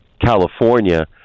california